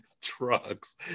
trucks